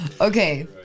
okay